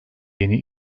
yeni